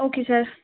okay sir